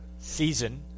season